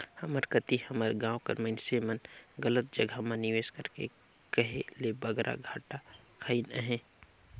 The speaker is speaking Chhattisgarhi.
हमर कती हमर गाँव कर मइनसे मन गलत जगहा म निवेस करके कहे ले बगरा घाटा खइन अहें